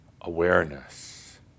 Awareness